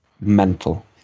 mental